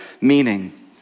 meaning